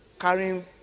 carrying